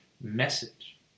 message